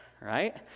right